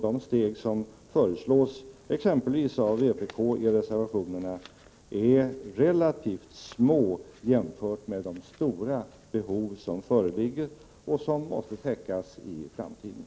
De steg som föreslås exempelvis av vpk i reservationerna är relativt små jämfört med de stora behov som föreligger och som måste täckas i framtiden.